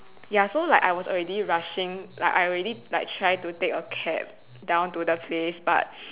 ya so like I was already rushing like I already like try to take a cab down to the place but